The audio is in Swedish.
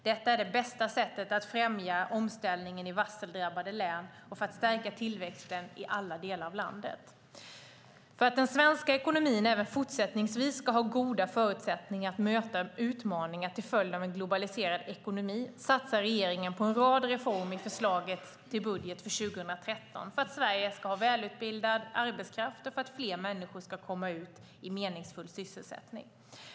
Detta är det bästa sättet att främja omställningen i varseldrabbade län och för att stärka tillväxten i alla delar av landet. För att den svenska ekonomin även fortsättningsvis ska ha goda förutsättningar att möta utmaningar till följd av en globaliserad ekonomi satsar regeringen på en rad reformer i förslaget till budget för 2013 för att Sverige ska ha välutbildad arbetskraft och för att fler människor ska komma ut i en meningsfull sysselsättning.